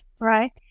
right